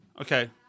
Okay